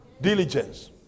Diligence